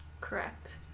correct